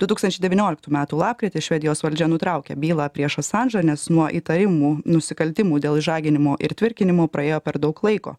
du tūkstančiai devynioliktų metų lapkritį švedijos valdžia nutraukė bylą prieš asandžą nes nuo įtariamų nusikaltimų dėl išžaginimo ir tvirkinimo praėjo per daug laiko